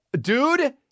Dude